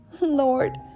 Lord